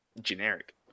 generic